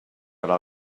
gra